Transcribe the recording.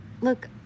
Look